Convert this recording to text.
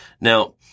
Now